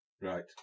Right